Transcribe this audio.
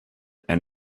and